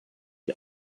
die